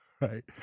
Right